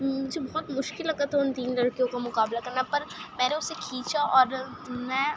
مجھے بہت مشکل لگا تھا ان تین لڑکیوں کا مقابلہ کرنا پر میں نے اسے کھینچا اور میں